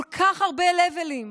כל כך הרבה רבדים,